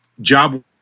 job